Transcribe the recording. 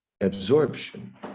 absorption